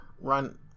run